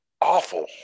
awful